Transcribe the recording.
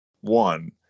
One